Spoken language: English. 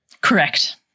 correct